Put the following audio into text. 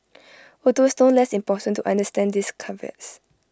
although it's no less important to understand these caveats